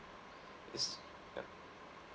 is yup